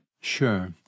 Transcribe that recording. Sure